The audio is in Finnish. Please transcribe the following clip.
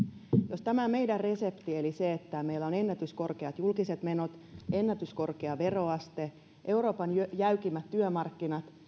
jos tämä meidän reseptimme eli se että meillä on ennätyskorkeat julkiset menot ennätyskorkea veroaste ja euroopan jäykimmät työmarkkinat